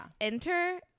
enter